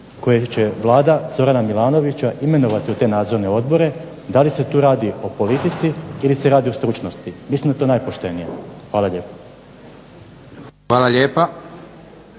koje će Vlada Zorana Milanovića imenovati u te nadzorne odbore. Da li se tu radi o politici ili se radi o stručnosti. Mislim da je to najpoštenije. Hvala lijepa. **Leko,